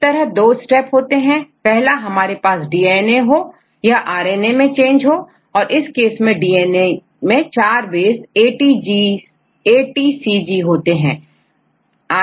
इस तरह 2 स्टेप होते हैं पहला हमारे पास डीएनए हो यह आर एन ए में चेंज हो इस केस में डीएनए में चार बेसATCG होते हैं